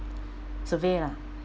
survey lah